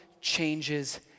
changes